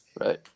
Right